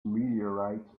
meteorites